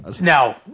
No